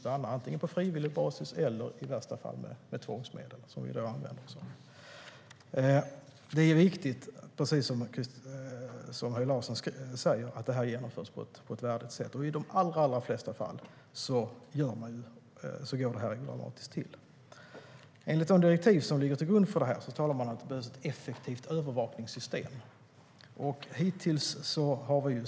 Det kan ske antingen på frivillig basis eller, i värsta fall, med de tvångsmedel vi i dag använder oss av. Precis som Höj Larsen säger är det viktigt att det genomförs på ett värdigt sätt, och i de allra flesta fall går det odramatiskt till. Enligt de direktiv som ligger till grund för det här talar man om ett effektivt övervakningssystem.